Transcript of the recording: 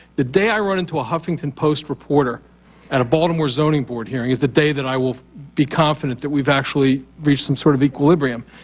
the day i run into a huffington post reporter at a baltimore zoning board hearing is the day that i will be confident that we've actually reached some sort of equilibrium.